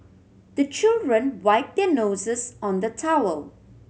the children wipe their noses on the towel